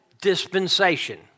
Dispensation